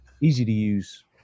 easy-to-use